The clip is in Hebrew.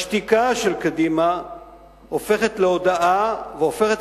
השתיקה של קדימה הופכת להודאה והופכת